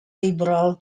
liberals